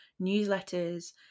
newsletters